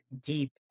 deep